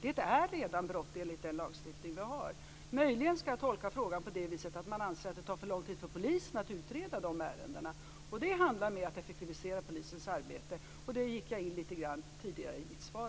Detta är redan brott enligt den lagstiftning som vi har. Möjligen kan jag tolka frågan på det viset att man anser att det tar för lång tid för polisen att utreda dessa ärenden. Det handlar om en effektivisering av polisens arbete, och det gick jag in på lite grann tidigare i mitt svar.